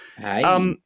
Hi